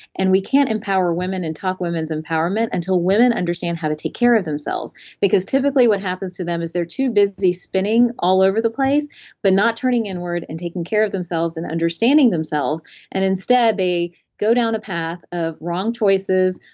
and we can't empower women and talk women's empowerment until women understand how to take care of themselves because typically what happens to them is they're too busy spinning all over the place but not turning in word and taking care of themselves, and understanding themselves and instead they go down the path of wrong choices,